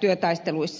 työtaisteluissa